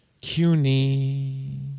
CUNY